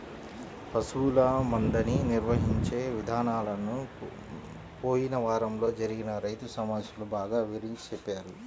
పశువుల మందని నిర్వహించే ఇదానాలను పోయిన వారంలో జరిగిన రైతు సమావేశంలో బాగా వివరించి చెప్పారు